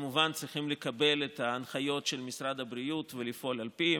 כמובן צריכים לקבל את ההנחיות של משרד הבריאות ולפעול על פיהם.